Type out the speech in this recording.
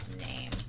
name